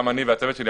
גם אני והצוות שלי,